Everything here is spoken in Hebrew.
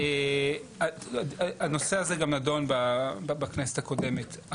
הנושא הזה גם נדון בכנסת הקודמת.